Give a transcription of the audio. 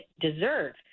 deserve